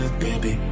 baby